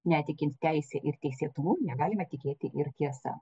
netikint teise ir teisėtumu negalime tikėti ir tiesa